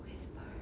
whisper